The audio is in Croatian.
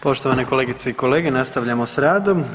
Poštovane kolegice i kolege, nastavljamo s radom.